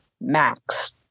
Max